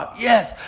yes.